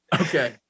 Okay